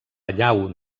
llau